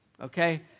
okay